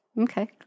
Okay